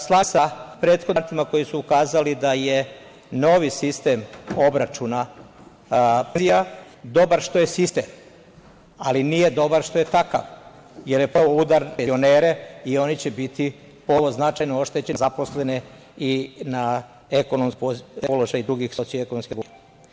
Slažem se sa prethodnim diskutantnima koji su ukazali da je novi sistem obračuna penzija dobar, što je sistem, ali nije dobar što je takav, jer je ponovo udar na penzionere i oni će biti ponovo značajno oštećeni na zaposlene i na ekonomski položaj drugih socijalno ekonomskih kategorija.